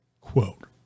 quote